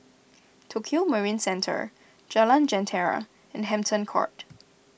Tokio Marine Centre Jalan Jentera and Hampton Court